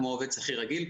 כמו עובד שכיר רגיל,